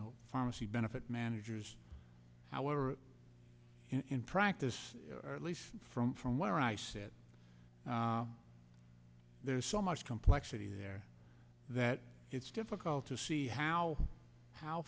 know pharmacy benefit managers however in practice at least from from where i sit there's so much complexity there that it's difficult to see how how